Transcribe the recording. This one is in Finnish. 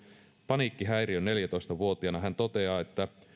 paniikkihäiriöön neljätoista vuotiaana hän toteaa